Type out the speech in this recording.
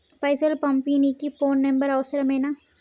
పైసలు పంపనీకి phone number అవసరమేనా?